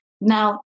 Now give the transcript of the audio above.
Now